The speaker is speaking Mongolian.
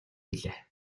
билээ